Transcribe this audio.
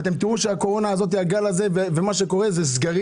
אתם תראו שהגל הזה של הקורונה ומה שקורה זה סגרים